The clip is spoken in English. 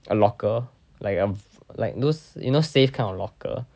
a locker like um like those you know safe kind of locker